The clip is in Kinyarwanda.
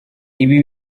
ibi